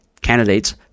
candidates